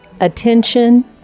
attention